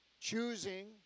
choosing